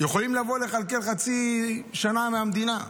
יכולים לבוא לכלכל חצי שנה מהמדינה.